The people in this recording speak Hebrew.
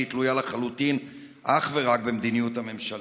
שהיא תלויה לחלוטין אך ורק במדיניות הממשלה.